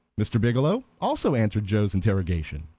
mr. biggielow also answered joe's interrogation.